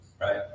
Right